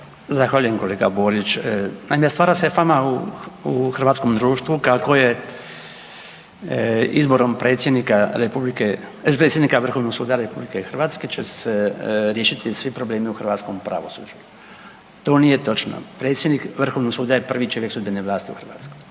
Zahvaljujem kolega Borić, naime stvara se fama u hrvatskom društvu kako je izborom predsjednika Republike, predsjednika Vrhovnog suda RH će se riješiti svi problemi u hrvatskom pravosuđu. To nije točno. Predsjednik Vrhovnog suda je prvi čovjek sudbene vlasti u Hrvatskoj,